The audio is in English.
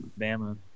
Bama